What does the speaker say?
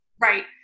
Right